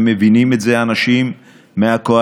ומבינים את זה אנשים מהקואליציה,